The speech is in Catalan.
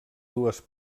dues